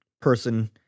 person